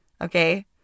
Okay